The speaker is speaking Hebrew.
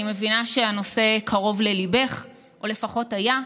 אני מבינה שהנושא קרוב לליבך, או לפחות היה,